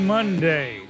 Monday